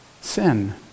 sin